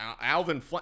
Alvin